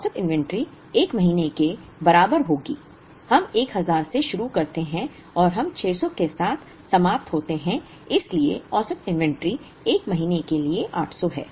औसत इन्वेंट्री 1 महीने के बराबर होगी हम 1000 से शुरू करते हैं और हम 600 के साथ समाप्त होते हैं इसलिए औसत इन्वेंटरी 1 महीने के लिए 800 है